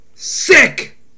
Sick